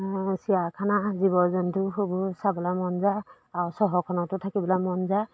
চিৰিয়াখানা জীৱ জন্তু সব চাবলৈ মন যায় আৰু চহৰখনতো থাকিবলৈ মন যায়